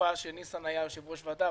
מהתקופה שניסן היה יושב-ראש ועדה,